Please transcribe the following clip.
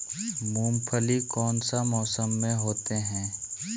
मूंगफली कौन सा मौसम में होते हैं?